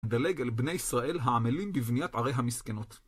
דלג אל בני ישראל העמלים בבניית ערי המסכנות.